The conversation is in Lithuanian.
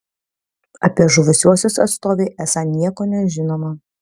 apie žuvusiuosius atstovei esą nieko nežinoma